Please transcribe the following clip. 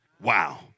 Wow